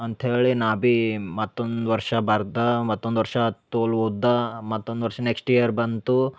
ಅಂತೇಳಿ ನಾ ಬೀ ಮತ್ತೊಂದು ವರ್ಷ ಬರ್ದ ಮತ್ತೊಂದು ವರ್ಷ ತೋಲ್ ಓದ್ದ ಮತ್ತೊಂದು ವರ್ಷ ನೆಕ್ಸ್ಟ್ ಇಯರ್ ಬಂತು